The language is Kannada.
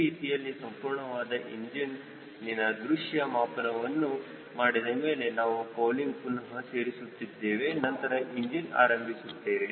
ಈ ರೀತಿಯಲ್ಲಿ ಸಂಪೂರ್ಣವಾದ ಇಂಜಿನ್ನಿನ ದೃಶ್ಯ ಮಾಪನವನ್ನು ಮಾಡಿದಮೇಲೆ ನಾವು ಕೌಲಿಂಗ್ ಪುನಹ ಸೇರಿಸುತ್ತಿದ್ದೇವೆ ನಂತರ ಇಂಜಿನ್ ಆರಂಭಿಸುತ್ತೇವೆ